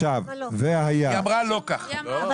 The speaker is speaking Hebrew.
היא אמרה לא ככה, הרב אייכלר.